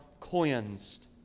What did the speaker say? cleansed